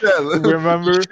Remember